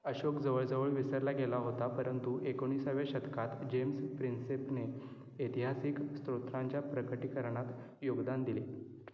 अशोक जवळजवळ विसरला गेला होता परंतु एकोणीसाव्या शतकात जेम्स प्रिन्सेपने ऐतिहासिक स्त्रोत्रांच्या प्रकटीकरणात योगदान दिले